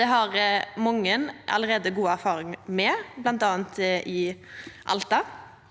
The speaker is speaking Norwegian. Det har mange allereie gode erfaringar med, bl.a. i Alta.